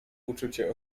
uczucie